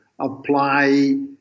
apply